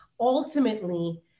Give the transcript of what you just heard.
ultimately